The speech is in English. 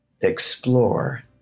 explore